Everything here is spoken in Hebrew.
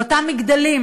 לאותם מגדלים,